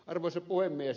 arvoisa puhemies